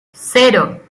cero